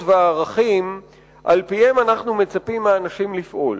והערכים שעל-פיהם אנחנו מצפים מאנשים לפעול.